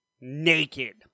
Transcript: naked